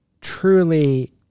truly